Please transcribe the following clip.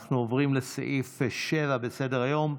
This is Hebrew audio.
אנחנו עוברים לסעיף 7 בסדר-היום,